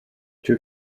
two